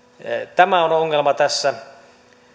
tämä on ongelma tässä